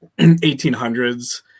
1800s